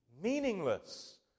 meaningless